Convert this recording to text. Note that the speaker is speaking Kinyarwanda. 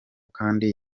kandi